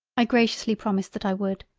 i graciously promised that i would,